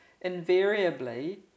invariably